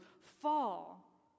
fall